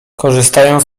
korzystając